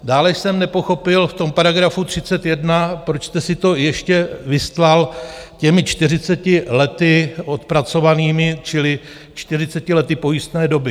Dále jsem nepochopil v tom § 31, proč jste si to ještě vystlal těmi 40 lety odpracovanými, čili 40 lety pojistné doby.